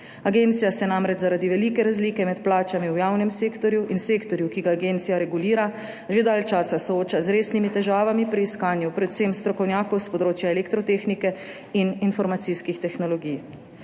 Agencija se namreč zaradi velike razlike med plačami v javnem sektorju in sektorju, ki ga agencija regulira, že dalj časa sooča z resnimi težavami pri iskanju predvsem strokovnjakov s področja elektrotehnike in informacijskih tehnologij.